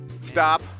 Stop